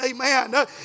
Amen